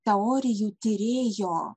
teorijų tyrėjo